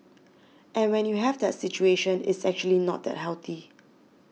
and when you have that situation it's actually not that healthy